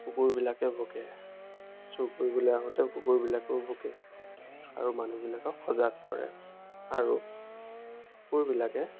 কুকুৰবিলাকে ভুকে চোৰ কৰিবলৈ আহোঁতে কুকুৰবিলাকেও ভুকে আৰু মানুহবিলাকক সজাগ কৰে আৰু কুকুৰবিলাকে